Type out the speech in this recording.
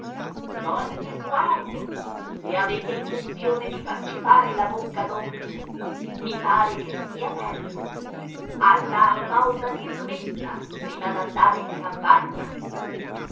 don gesualdo se avete intenzione di farci fare la bocca dolce i pare che sia tempo all'alba ho da dir messa prima d'andare in campagna